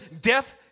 death